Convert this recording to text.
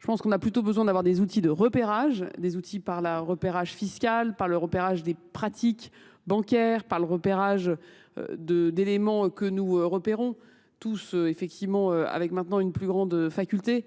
Je pense qu'on a plutôt besoin d'avoir des outils de repérage, des outils par la repérage fiscale, par le repérage des pratiques bancaires, par le repérage d'éléments que nous repérons. Tous effectivement, avec maintenant une plus grande faculté,